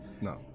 no